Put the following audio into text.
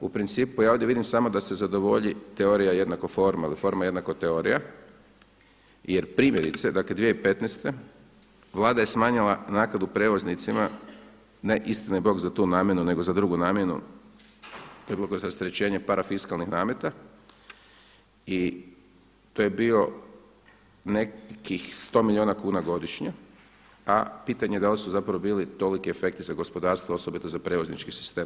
U principu ja ovdje vidim samo da se zadovolji teorija jednako formi, forma jednako teorija jer primjerice dakle 2015. vlada je smanjila naknadu prevoznicima ne istinabog za tu namjenu nego za drugu namjenu, to je bilo kroz rasterećenje parafiskalnih nameta i to je bio nekih sto milijuna kuna godišnje, a pitanje da li su bili toliki efekti za gospodarstvo osobito za prevoznički sistem.